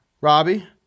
Robbie